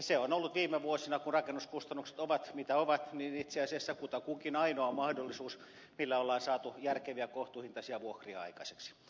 se on ollut viime vuosina kun rakennuskustannukset ovat mitä ovat itse asiassa kutakuinkin ainoa mahdollisuus millä on saatu järkeviä kohtuuhintaisia vuokria aikaiseksi